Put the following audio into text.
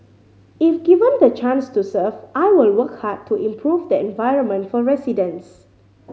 if given the chance to serve I will work hard to improve the environment for residents